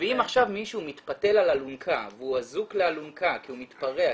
ואם עכשיו מישהו מתפתל על אלונקה והוא אזוק לאלונקה כי הוא מתפרע,